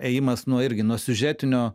ėjimas nuo irgi nuo siužetinio